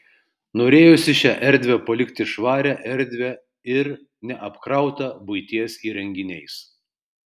norėjosi šią erdvę palikti švarią erdvią ir neapkrautą buities įrenginiais